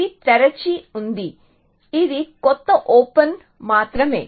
ఇది తెరిచి ఉంది ఇది కొత్త ఓపెన్ మాత్రమే